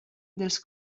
dels